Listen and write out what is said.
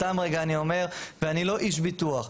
סתם רגע אני אומר ואני לא איש ביטוח,